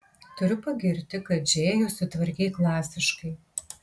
turiu pagirti kad džėjų sutvarkei klasiškai